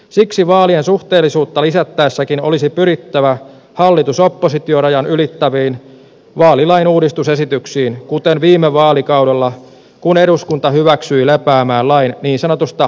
siksi vaalien suhteellisuutta lisättäessäkin olisi pyrittävä hallitusoppositio rajan ylittäviin vaalilain uudistusesityksiin kuten viime vaalikaudella kun eduskunta hyväksyi lepäämään lain niin sanotusta vaalialuemallista